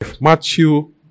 Matthew